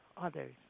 others